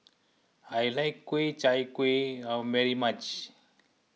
I like Ku Chai Kuih very much